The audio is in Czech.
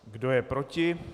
Kdo je proti?